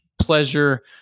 pleasure